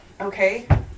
okay